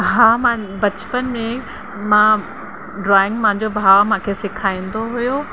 हा मां बचपन में मां ड्रॉइंग मुंहिंजो भाउ मूंखे सेखारींदो हुयो